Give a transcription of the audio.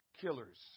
killers